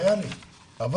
למה?